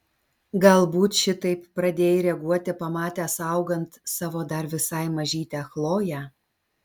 galbūt šitaip pradėjai reaguoti pamatęs augant savo dar visai mažytę chloję